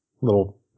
little